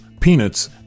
peanuts